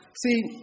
See